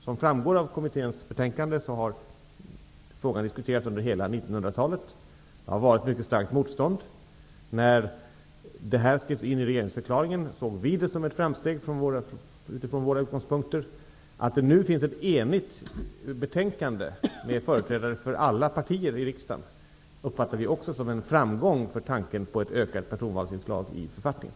Som framgår av kommitténs betänkande har frågan diskuterats under hela 1900-talet. Det har funnits ett mycket starkt motstånd. Vi såg det utifrån våra utgångspunkter som ett framsteg när detta skrevs in i regeringsförklaringen, och vi uppfattar det också som en framgång för tanken på ett ökat personvalsinslag i författningen att det nu i denna fråga finns ett enigt betänkande som stöds av företrädare för alla partier i riksdagen.